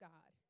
God